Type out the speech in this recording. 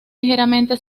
ligeramente